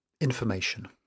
Information